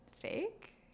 Fake